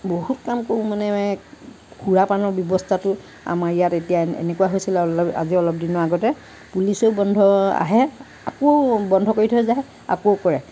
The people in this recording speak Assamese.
বহুত কাম কৰোঁ মানে সুৰাপানৰ ব্যৱস্থাটো আমাৰ ইয়াত এতিয়া এনেকুৱা হৈছিলে অলপ আজি অলপ দিনৰ আগতে পুলিচেও বন্ধ আহে আকৌ বন্ধ কৰি থৈ যায় আকৌ কৰে